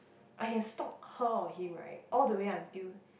I can stalk her or him right all the way until